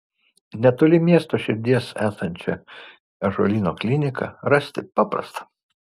netoli miesto širdies esančią ąžuolyno kliniką rasti paprasta